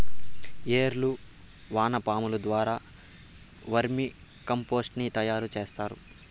ఏర్లు వానపాముల ద్వారా వర్మి కంపోస్టుని తయారు చేస్తారు